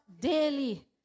daily